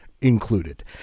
included